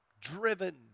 driven